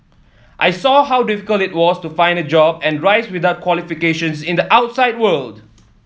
I saw how difficult it was to find a job and rise up without qualifications in the outside world